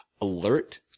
alert